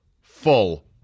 full